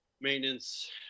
maintenance